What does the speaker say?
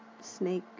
snake